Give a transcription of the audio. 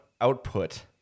output